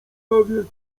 kulawiec